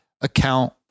account